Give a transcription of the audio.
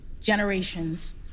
generations